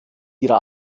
ihrer